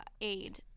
aid